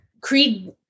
Creed